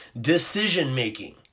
decision-making